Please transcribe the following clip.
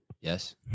Yes